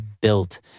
built